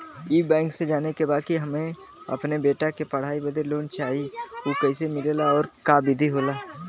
ई बैंक से जाने के बा की हमे अपने बेटा के पढ़ाई बदे लोन चाही ऊ कैसे मिलेला और का विधि होला?